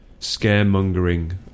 scaremongering